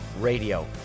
Radio